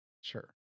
Sure